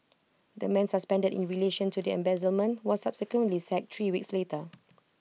the man suspended in relation to the embezzlement was subsequently sacked three weeks later